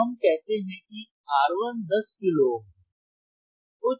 तो हम कहते हैं कि R1 10 किलो ओम है